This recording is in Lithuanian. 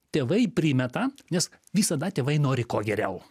tėvai primeta nes visada tėvai nori kuo geriau